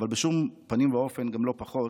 אבל בשום פנים ואופן גם לא פחות: